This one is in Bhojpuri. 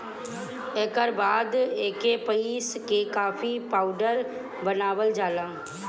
एकर बाद एके पीस के कॉफ़ी पाउडर बनावल जाला